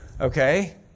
okay